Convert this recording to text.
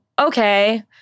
okay